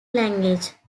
language